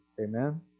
Amen